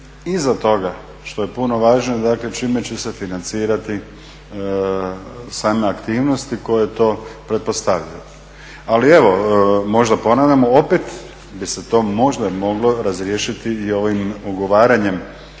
iza toga, što je puno važnije, dakle čime će se financirati same aktivnosti koje to pretpostavljaju. Ali evo, možda ponavljam, opet bi se to možda moglo razriješiti i ovim ugovaranjem